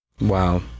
Wow